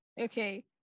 Okay